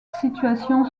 situation